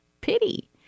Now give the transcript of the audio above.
pity